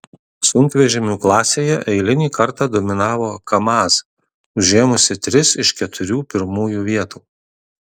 sunkvežimių klasėje eilinį kartą dominavo kamaz užėmusi tris iš keturių pirmųjų vietų